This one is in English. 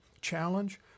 challenge